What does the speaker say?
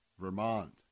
Vermont